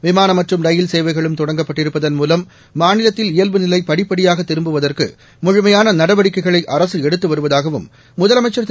விமான மற்றும் ரயில் சேவைகளும் தொடங்கப்பட்டிருப்பதன் மூலம் மாநிலத்தில் இயல்பு நிலை படிப்படியாக திரும்புவதற்கு முழுமையான நடவடிக்கைகளை அரசு எடுத்து வருவதாகவும் முதலமைச்சர் திரு